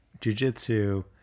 jujitsu